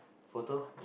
photo